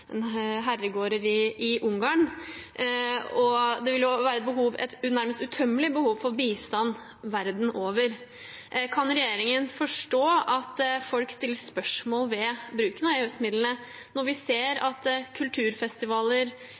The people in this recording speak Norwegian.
i Ungarn. Det vil jo være et nærmest utømmelig behov for bistand verden over. Kan regjeringen forstå at folk stiller spørsmål ved bruken av EØS-midlene når vi ser at kulturfestivaler,